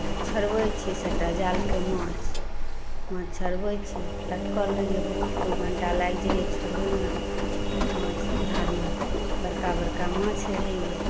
तऽ छोड़बैत छी सभटा जालके माछ माछ छोड़बैत छी लटकल रहैए बहुत दू घण्टा लागि जाइए छोड़बैमे माछ धारमे बड़का बड़का माछ रहैए